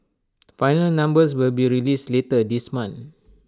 final numbers will be released later this month